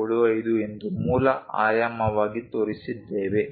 75 ಎಂದು ಮೂಲ ಆಯಾಮವಾಗಿ ತೋರಿಸಿದ್ದೇವೆ